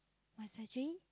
what's a dream